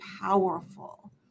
powerful